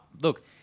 Look